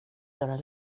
göra